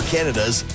Canada's